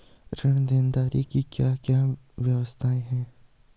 ऋण देनदारी की क्या क्या व्यवस्थाएँ हैं?